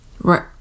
Right